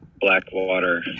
Blackwater